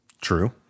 True